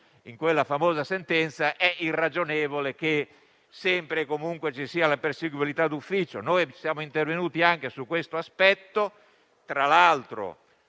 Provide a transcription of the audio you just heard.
Grazie